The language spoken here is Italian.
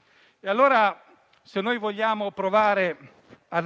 armate. Se vogliamo dunque provare a